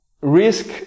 Risk